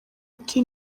ati